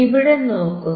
ഇവിടെ നോക്കുക